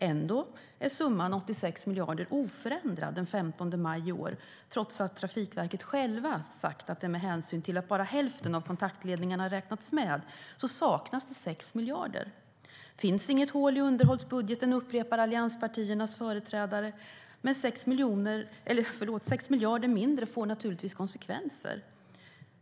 Ändå är summan 86 miljarder oförändrad den 15 maj i år, trots att Trafikverket självt har sagt att det med hänsyn till att bara hälften av kontaktledningarna har räknats med saknas 6 miljarder. Det finns inget hål i underhållsbudgeten, upprepar allianspartiernas företrädare. Men 6 miljarder mindre får naturligtvis konsekvenser.